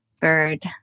Bird